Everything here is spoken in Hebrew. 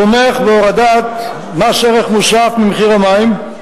תומך בהורדת מס ערך מוסף ממחיר המים.